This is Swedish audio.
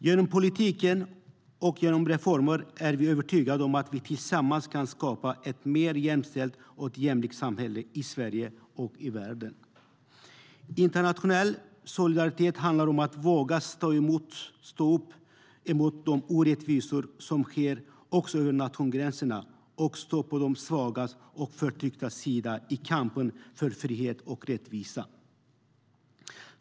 Vi är övertygade om att vi med hjälp av politik och reformer tillsammans kan skapa ett mer jämställt och jämlikt samhälle i Sverige och i världen. Internationell solidaritet handlar om att våga stå upp mot orättvisor också över nationsgränserna och att stå på de svagas och förtrycktas sida i kampen för frihet och rättvisa.